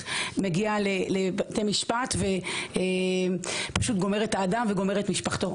מגיע לבתי משפט ופשוט גומר את האדם ואת משפחתו.